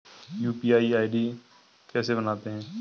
UPI ID कैसे बनाते हैं?